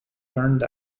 turned